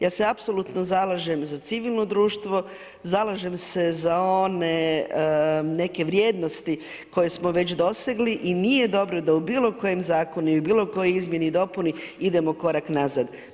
Ja se apsolutno zalažem za civilno društvo, zalažem se za one neke vrijednosti koje smo već dosegli i nije dobro da u bilokojem zakonu i u bilokojoj izmjeni i dopuni idemo korak nazad.